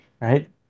right